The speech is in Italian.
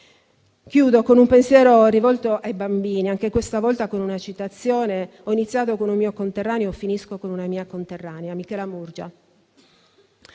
Concludo con un pensiero rivolto ai bambini, anche questa volta con una citazione. Ho iniziato con un mio conterraneo e finisco con una mia conterranea, Michela Murgia,